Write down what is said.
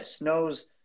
knows